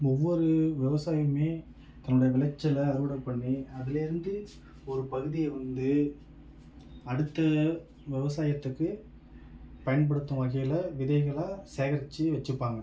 ஒவ்வொரு விவசாயிமே தன்னோடய விளைச்சலை அறுவடைபண்ணி அதுலேருந்து ஒரு பகுதியை வந்து அடுத்த விவசாயத்துக்கு பயன்படுத்தும் வகையில் விதைகளாக சேகரித்து வச்சிப்பாங்கள்